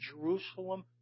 Jerusalem